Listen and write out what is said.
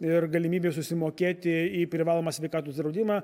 ir galimybių susimokėti į privalomą sveikatos draudimą